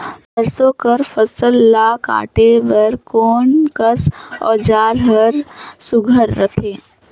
सरसो कर फसल ला काटे बर कोन कस औजार हर सुघ्घर रथे?